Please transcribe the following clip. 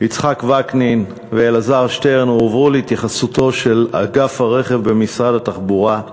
יצחק וקנין ואלעזר שטרן הועברה להתייחסותו של אגף הרכב במשרד התחבורה,